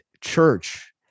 church